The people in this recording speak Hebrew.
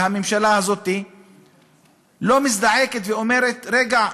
הממשלה הזאת לא מזדעקת ואומרת: רגע,